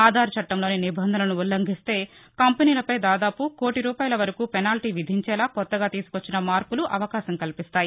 ఆధార్ చట్టంలోని నిబంధనలను ఉల్లంఘిస్తే కంపెనీలపై దాదాపు కోటి రూపాయల వరకూ పెనాల్టీ విధించేలా కొత్తగా తీసుకొచ్చిన మార్పులు అవకాశం కల్పిస్తాయి